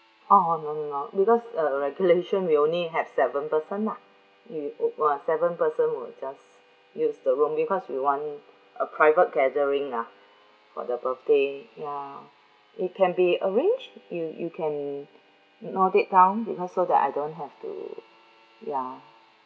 uh oh no no no because uh regulation we only have seven person ah we uh what seven person will just use the room because we want a private gathering lah for the birthday ya it can be arranged you you can note that down because so that I don't have to ya